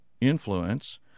influence